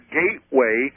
gateway